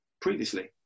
previously